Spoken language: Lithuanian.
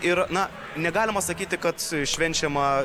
ir na negalima sakyti kad švenčiama